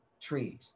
trees